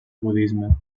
budisme